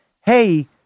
hey